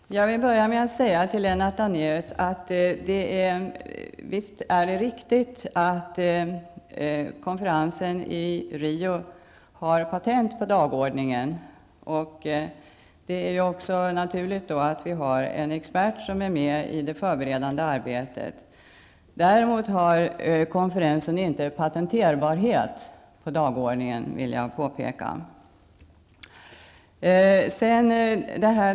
Herr talman! Jag vill börja med att säga till Lennart Daléus att visst är det riktigt att konferensen i Rio har patent på dagordningen. Då är det också naturligt att vi har en expert med i det förberedande arbetet. Jag vill påpeka att konferensen däremot inte har patenterbarhet på dagordningen.